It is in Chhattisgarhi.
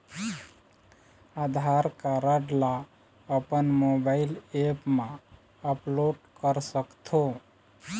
आधार कारड ला अपन मोबाइल ऐप मा अपलोड कर सकथों?